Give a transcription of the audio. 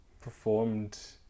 performed